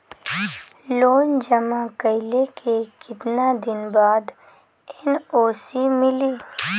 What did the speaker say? Loan जमा कइले के कितना दिन बाद एन.ओ.सी मिली?